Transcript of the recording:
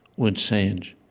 wood sage,